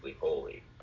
holy